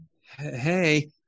hey